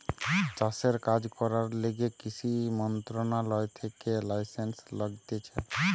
চাষের কাজ করার লিগে কৃষি মন্ত্রণালয় থেকে লাইসেন্স লাগতিছে